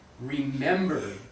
Remember